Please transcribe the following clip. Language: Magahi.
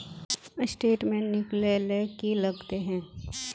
स्टेटमेंट निकले ले की लगते है?